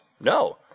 No